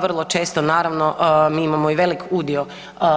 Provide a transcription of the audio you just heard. Vrlo često naravno mi imamo i velik udio